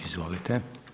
Izvolite.